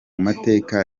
mateka